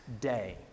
day